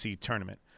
tournament